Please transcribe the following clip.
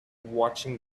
watching